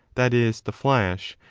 that is, the flesh,